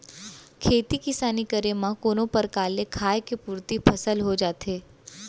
खेती किसानी करे म कोनो परकार ले खाय के पुरती फसल हो जाथे